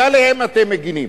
ועליהם אתם מגינים.